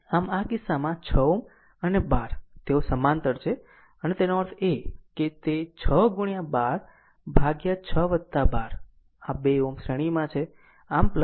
આમ આ કિસ્સામાં 6 Ω અને 12 તેઓ સમાંતર છે તેનો અર્થ એ કે 6 ગુણ્યા 12 વિભાજિત 6 12 આ 2 Ω શ્રેણીમાં છે આમ 2